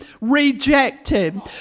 rejected